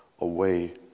away